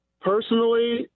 Personally